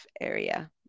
area